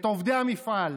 את עובדי המפעל,